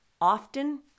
Often